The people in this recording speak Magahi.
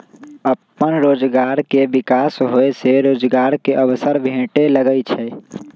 अप्पन रोजगार के विकास होय से रोजगार के अवसर भेटे लगैइ छै